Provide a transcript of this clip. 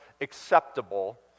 acceptable